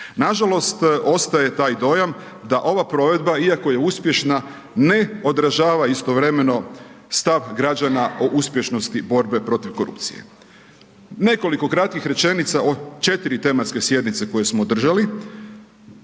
Nažalost, ostaje taj dojam, da ova provedba, iako je uspješna, ne odražava istovremeno stav građana o uspješnosti borbe protiv korupcije. Nekoliko kratkih rečenica o 4 tematske sjednice koje smo održali.